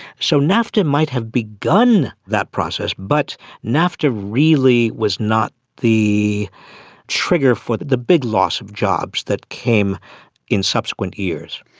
so nafta might have begun that process but nafta really was not the trigger for the big loss of jobs that came in subsequent years.